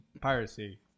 piracy